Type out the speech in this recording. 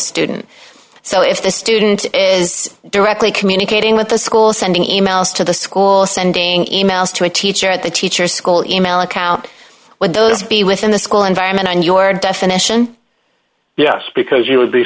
student so if the student is directly communicating with the school sending emails to the school sending e mails to a teacher at the teacher's school in mail account would those be within the school environment and your definition yes because you would be